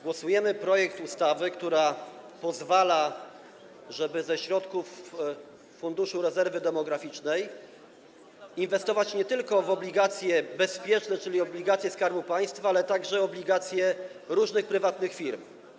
Głosujemy nad projektem ustawy, która pozwala, żeby ze środków Funduszu Rezerwy Demograficznej inwestować nie tylko w obligacje bezpieczne, czyli obligacje Skarbu Państwa, ale także obligacje różnych prywatnych firm.